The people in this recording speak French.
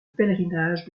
pèlerinage